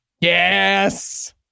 Yes